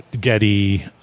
Getty